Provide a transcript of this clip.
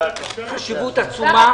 יש לכך חשיבות עצומה.